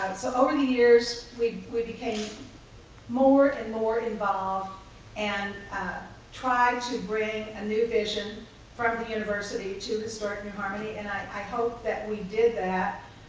so, over the years, we we became more and more involved and tried to bring a new vision from the university to historic new harmony, and i hope that we did that.